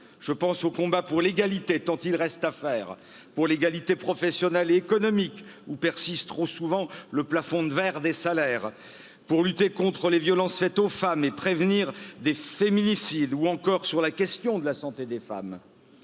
Je pense aux combats pour l'égalité tant qu'il reste à faire pour l'égalité professionnelle et économique où persiste trop souvent le plafond de verre des salaires pour lutter contre les violences faites aux femmes et féminicides ou encore sur la question de la santé des femmes